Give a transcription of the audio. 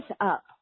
up